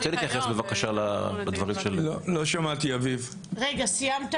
שב"ס הכניס את